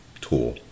tool